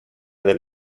del